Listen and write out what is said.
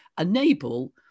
enable